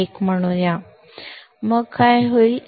001 म्हणूया मग काय होईल